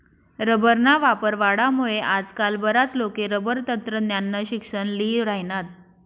रबरना वापर वाढामुये आजकाल बराच लोके रबर तंत्रज्ञाननं शिक्सन ल्ही राहिनात